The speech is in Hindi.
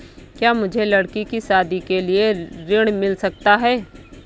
क्या मुझे लडकी की शादी के लिए ऋण मिल सकता है?